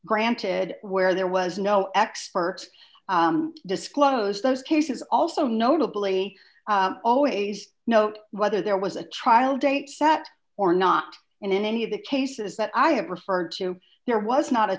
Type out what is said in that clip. granted where there was no expert disclose those cases also notably always note whether there was a trial date set or not and in any of the cases that i have referred to there was not a